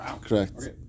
Correct